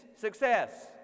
Success